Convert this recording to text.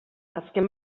azken